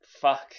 fuck